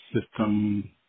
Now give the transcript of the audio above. system